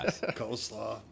Coleslaw